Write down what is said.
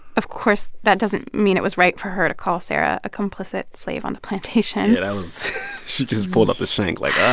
of course, that doesn't mean it was right for her to call sarah a complicit slave on the plantation yeah, that was she just pulled up the shank. like. yeah